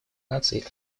наций